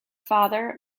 father